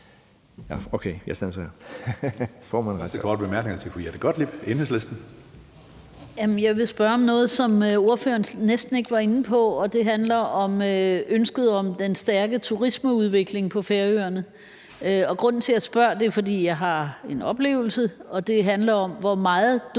Jeg vil spørge om noget, som ordføreren næsten ikke var inde på, og det handler om ønsket om den stærke turismeudvikling på Færøerne. Grunden til, at jeg spørger, er, at jeg har en oplevelse, og den handler om, hvor meget